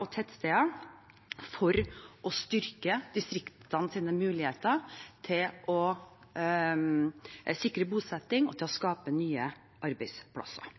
og tettsteder for å styrke distriktenes muligheter til å sikre bosetting og skape nye arbeidsplasser.